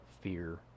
fear